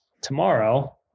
tomorrow